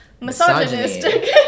Misogynistic